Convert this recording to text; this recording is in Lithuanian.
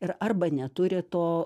ir arba neturi to